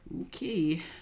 okay